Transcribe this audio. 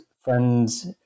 friends